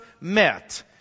Met